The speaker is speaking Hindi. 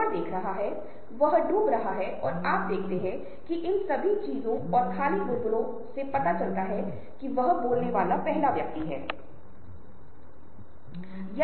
कुछ चीजें जो हमने सुनने बोलने और बातचीत करने के कौशल के साथ साथ की कुछ चीजें हम करेंगे जब हम सहानुभूति पर चर्चा करेंगे तो इन कौशल को विकसित करने के लिए यह प्रासंगिक होगा